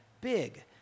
big